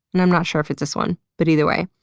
and i'm not sure if it's this one but either way,